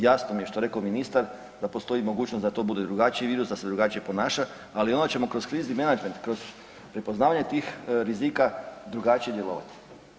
Jasno mi je što je rekao ministar, da postoji mogućnost da to bude drugačiji virus, da se drugačije ponaša, ali onda ćemo kroz krizni menadžment, kroz prepoznavanje tih rizika, drugačije djelovati.